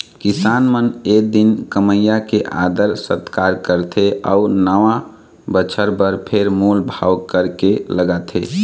किसान मन ए दिन कमइया के आदर सत्कार करथे अउ नवा बछर बर फेर मोल भाव करके लगाथे